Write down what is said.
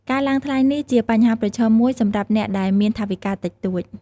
ការឡើងថ្លៃនេះជាបញ្ហាប្រឈមមួយសម្រាប់អ្នកដែលមានថវិកាតិចតួច។